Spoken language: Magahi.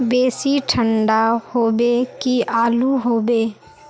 बेसी ठंडा होबे की आलू होबे